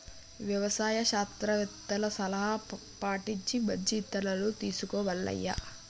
యవసాయ శాస్త్రవేత్తల సలహా పటించి మంచి ఇత్తనాలను తీసుకో మల్లయ్య